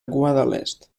guadalest